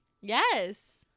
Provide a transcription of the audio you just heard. yes